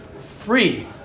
free